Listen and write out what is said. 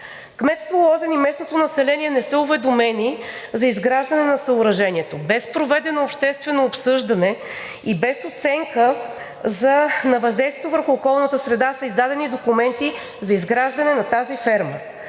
Кметство Лозен и местното население не са уведомени за изграждане на съоръжението. Без проведено обществено обсъждане и без оценка на въздействието върху околната среда са издадени документи за изграждане на тази ферма.